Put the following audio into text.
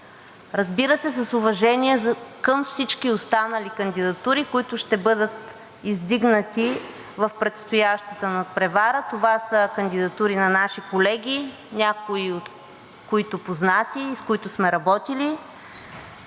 разбира се, с уважение към всички останали кандидатури, които ще бъдат издигнати, в предстоящата надпревара. Това са кандидатури на наши колеги, някои от които познати, с които сме работили,